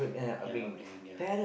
ya upbringing ya